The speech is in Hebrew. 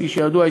כפי שידוע,